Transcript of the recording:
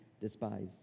despise